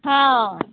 हँ